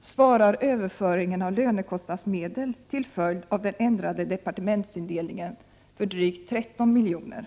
svarar överföringen av lönekostnadsmedel till följd av den ändrade departementsindelningen för drygt 13 milj.kr.